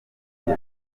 bw’u